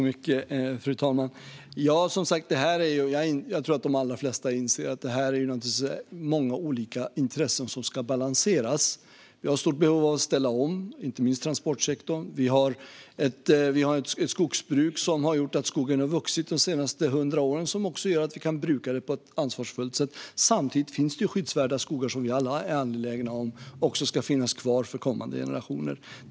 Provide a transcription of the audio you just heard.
Fru talman! Jag tror att de allra flesta inser att det är många olika intressen som ska balanseras. Vi har stort behov av att ställa om, inte minst transportsektorn. Vi har ett skogsbruk som har gjort att skogen har vuxit de senaste hundra åren och som också gör att vi kan bruka den på ett ansvarsfullt sätt. Samtidigt finns det skyddsvärda skogar som vi alla är angelägna om ska finnas kvar för kommande generationer.